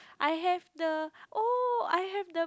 I have the !oh! I have the